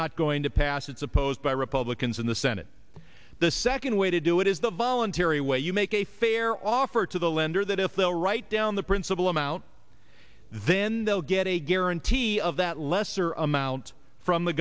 not going to pass it's a posed by republicans in the senate the second way to do it is the voluntary way you make a fair offer to the lender that if they'll write down the principal amount then they'll get a guarantee of that lesser amount from the